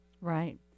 Right